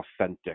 authentic